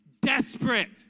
desperate